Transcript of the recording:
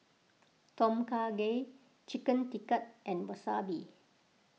Tom Kha Gai Chicken Tikka and Wasabi